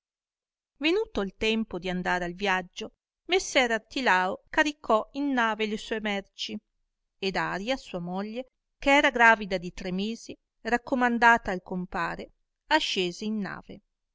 imposto venuto il tempo di andar al viaggio messer artilao caricò in nave le sue merci e daria sua moglie che era gravida in tre mesi raccomandata al compare ascese in nave